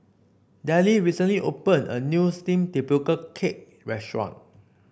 Delle recently opened a new steamed Tapioca Cake restaurant